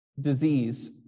disease